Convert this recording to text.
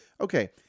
Okay